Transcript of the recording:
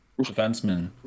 Defenseman